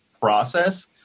process